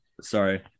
Sorry